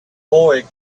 boy